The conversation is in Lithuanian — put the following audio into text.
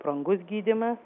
brangus gydymas